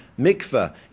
mikveh